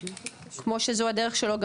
כמו שזו הדרך שלו,